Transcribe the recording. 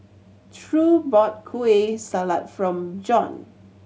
True bought Kueh Salat from Bjorn